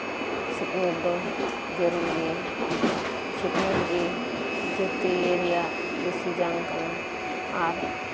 ᱥᱤᱠᱷᱱᱟᱹᱛ ᱫᱚ ᱡᱟᱹᱨᱩᱲᱜᱮᱭᱟ ᱥᱤᱠᱷᱱᱟᱹᱛ ᱜᱮ ᱡᱟᱹᱛᱤᱨᱮᱭᱟᱜ ᱵᱤᱥᱤ ᱡᱟᱝᱠᱟᱱᱟ ᱟᱨ